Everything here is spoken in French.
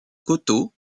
coteau